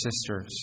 sisters